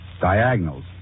Diagonals